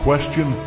Question